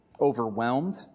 overwhelmed